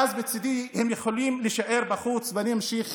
ואז מצידי הם יכולים להישאר בחוץ, אני ממשיך